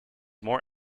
more